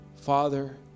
Father